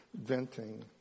venting